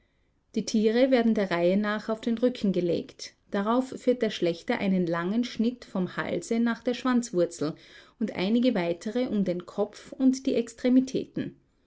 die tiere werden der reihe nach auf den rücken gelegt darauf führt der schlächter einen langen schnitt vom halse nach der schwanzwurzel und einige weitere um den kopf und die extremitäten